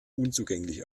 unzugänglich